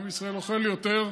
עם ישראל אוכל יותר.